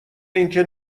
اینکه